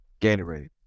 Gatorade